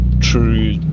true